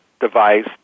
device